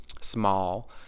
Small